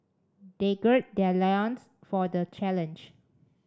they gird their loins for the challenge